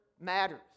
matters